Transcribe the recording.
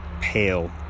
pale